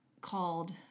called